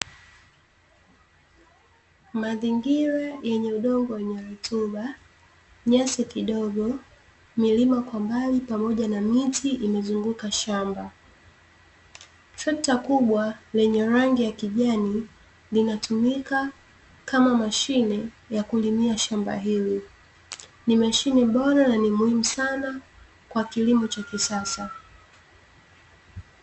Mazingira yenye udongo wenye rutuba, nyasi kidogo, milima kwa mbali pamoja na miti imezunguka shamba. Trekta kubwa lenye rangi ya kijani linatumika kama mashine ya kulimia shamba hili. Ni mashine bora na ni muhimu sana kwa kilimo cha kisasa.